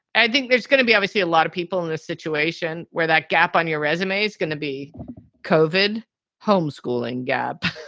i think there's going to be obviously a lot of people in a situation where that gap on your resume is going to be covid homeschooling gap.